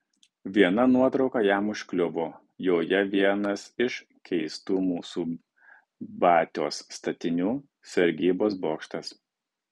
viena nuotrauka jam užkliuvo joje vienas iš keistų mūsų batios statinių sargybos bokštas